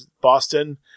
Boston